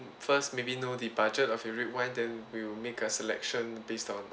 first maybe know the budget of your red wine then we'll make a selection based on